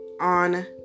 on